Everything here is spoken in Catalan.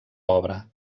obra